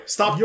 Stop